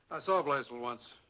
i saw blaisdell once,